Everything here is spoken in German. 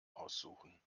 aussuchen